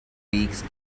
weeks